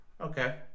Okay